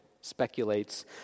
speculates